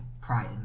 pride